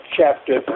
chapter